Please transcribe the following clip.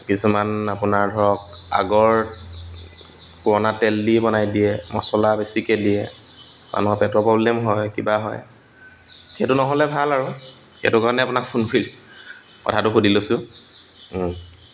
কিছুমান আপোনাৰ ধৰক আগৰ পুৰণা তেল দি বনাই দিয়ে মছলা বেছিকৈ দিয়ে মানুহৰ পেটৰ প্ৰব্লেম হয় কিবা হয় সেইটো নহ'লে ভাল আৰু সেইটো কাৰণে আপোনাক ফোন কৰিলোঁ কথাটো সুধি লৈছোঁ